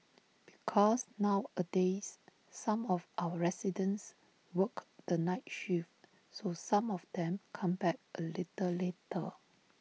because nowadays some of our residents work the night shift so some of them come back A little later